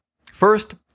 First